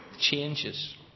changes